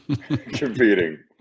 competing